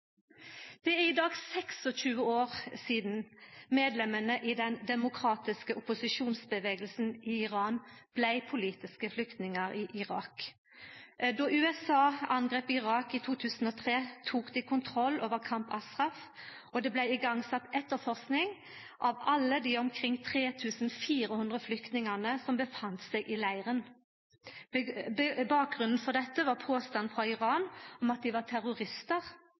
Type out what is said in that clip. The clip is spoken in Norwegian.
Det er i dag 26 år sidan medlemmane i den demokratiske opposisjonsrørsla i Iran blei politiske flyktningar i Irak. Då USA angreip Irak i 2003, tok dei kontroll over Camp Ashraf, og det blei igangsett etterforsking av alle dei omkring 3 400 flyktningane som fanst i leiren. Bakgrunnen for dette var påstanden frå Iran om at dei var terroristar.